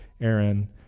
Aaron